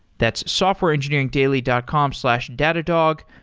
that's softwareengineeringdaily dot com slash datadog.